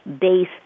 base